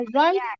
right